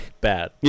Bad